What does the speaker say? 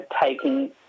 taking